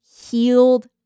healed